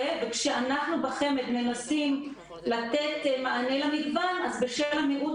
וכשאנחנו בחמ"ד מנסים לתת מענה למגוון אז בשל המיעוט